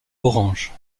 orange